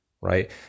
right